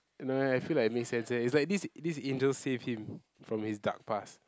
no leh I feel like it makes sense eh it's like this this angel saved him from his dark past